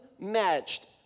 unmatched